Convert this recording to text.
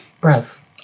breath